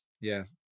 Yes